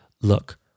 Look